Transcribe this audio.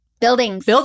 buildings